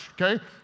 okay